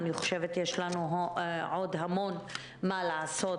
אני חושבת שיש לנו עוד המון מה לעשות